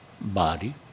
body